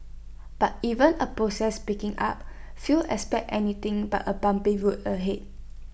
but even A process picking up few expect anything but A bumpy road ahead